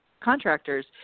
contractors